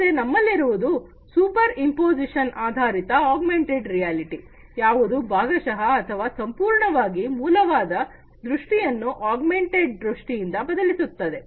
ಮತ್ತೆ ನಮ್ಮಲ್ಲಿರುವುದು superimposition ಆಧಾರಿತ ಆಗ್ಮೆಂಟೆಡ್ ರಿಯಾಲಿಟಿಯ ಯಾವುದು ಭಾಗಶಹ ಅಥವಾ ಸಂಪೂರ್ಣವಾಗಿ ಮೂಲವಾದ ದೃಷ್ಟಿಯನ್ನು ಆಗ್ಮೆಂಟೆಡ್ ದೃಷ್ಟಿಯಿಂದ ಬದಲಿಸುತ್ತದೆ